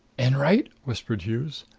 enwright? whispered hughes.